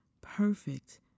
perfect